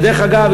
שדרך אגב,